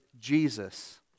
Jesus